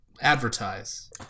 advertise